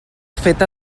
feta